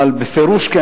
אבל בפירוש כן,